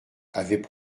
avaient